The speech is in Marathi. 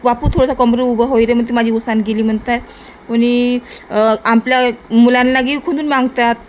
बापू थोडासा कमरे उभं होईले म्हणते माझी उसण गेली म्हणतात कोणी आपल्या मुलांना घेऊन खुनून मांगतात